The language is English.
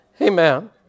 Amen